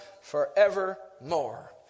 forevermore